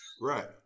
Right